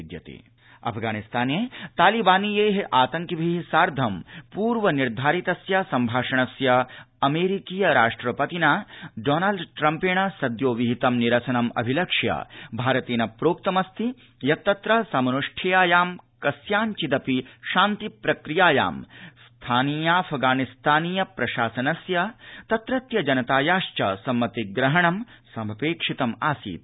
विद्यामन्त्रालयः अफगानिस्तानम् ट्रम्पः अफगानिस्ताने तालिबानीयैः आतंकिभिः सार्थं पूर्व निर्धारितस्य सम्भाषणस्य अमेरिकीय राष्ट्रपतिना डॉनल्ड ट्रम्पेण सद्यो विहितं निरसनम् अभिलक्ष्य भारतेन प्रोक्तमस्ति यत्तत्र समनुष्ठेयायां कस्याञ्चिदपि शान्ति प्रक्रियायां स्थानीय अफगानिस्तानीय प्रशासनस्य तत्रत्य जनतायाध सम्मति ग्रहणं समपेक्षितम् आसीत्